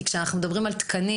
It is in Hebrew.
כאשר אנחנו מדברים על תקנים,